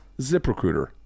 ZipRecruiter